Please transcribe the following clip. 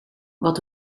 wat